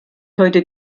heute